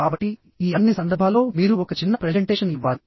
కాబట్టి ఈ అన్ని సందర్భాల్లో మీరు ఒక చిన్న ప్రెజెంటేషన్ ఇవ్వాలి